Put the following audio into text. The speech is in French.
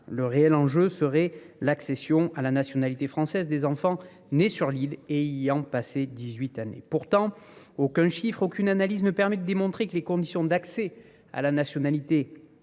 Le véritable enjeu serait l’accession à la nationalité française des enfants nés sur l’île et y ayant passé dix huit années. Pourtant, aucun chiffre, aucune analyse ne permet de démontrer que les conditions d’accès à la nationalité à Mayotte